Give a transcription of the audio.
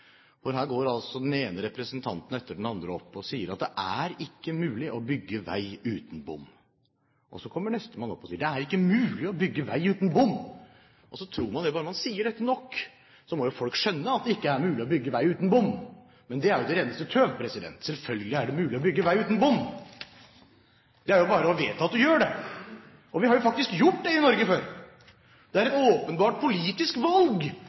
eventyr. Her går altså den ene representanten etter den andre opp og sier at det ikke er mulig å bygge vei uten bom. Så kommer nestemann opp og sier: Det er ikke mulig å bygge vei uten bom. Så kommer nestemann opp og sier: Det er ikke mulig å bygge vei uten bom. Og så tror man at bare man sier dette nok, må folk skjønne at det ikke er mulig å bygge vei uten bom. Men det er jo det reneste tøv. Selvfølgelig er det mulig å bygge vei uten bom. Det er jo bare å vedta å gjøre det. Vi har jo faktisk gjort det i Norge før. Det er et åpenbart politisk valg